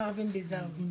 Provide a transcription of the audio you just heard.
שמי מהרוין ביזאוי.